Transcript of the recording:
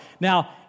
Now